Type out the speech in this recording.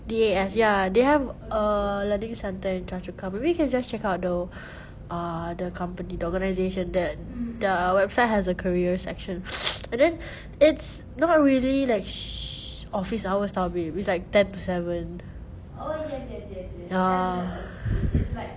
D_A_S ya they have a learning centre in choa chu kang maybe you can just check out though err the company the organisation the website has a career section and then it's not really like sh~ office hours [tau] babe it's like ten to seven ya